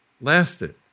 lasted